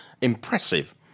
impressive